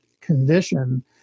condition